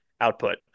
output